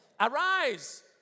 Arise